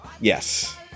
Yes